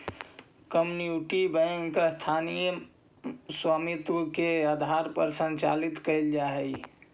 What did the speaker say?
community bank स्थानीय स्वामित्व के आधार पर संचालित कैल जा हइ